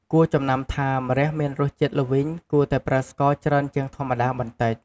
គួរចំណាំថា ម្រះមានរសជាតិល្វីងគួរតែប្រើស្ករច្រើនជាងធម្មតាបន្តិច។